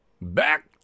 back